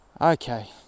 okay